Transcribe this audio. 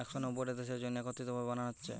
একশ নব্বইটা দেশের জন্যে একত্রিত ভাবে বানানা হচ্ছে